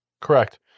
Correct